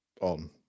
on